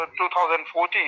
2014